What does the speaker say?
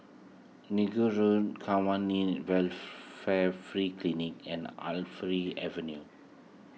Inggu Road Kwan in Welfare Free Clinic and Avenue